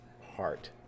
heart